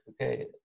okay